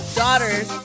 daughters